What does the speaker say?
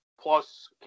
plus